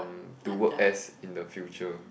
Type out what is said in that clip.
to work as in the future